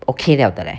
okay liao 的 leh